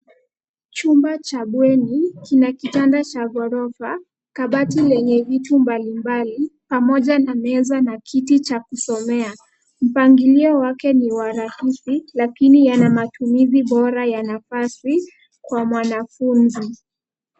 Chumba cha bweni kina kitanda cha ghorofa, kabati lenye vitu mbali mbali, pamoja na meza na kiti cha kusomea. Mpangilio wake ni wa rahisi, lakini yana matumizi bora ya nafasi kwa mwanafunzi.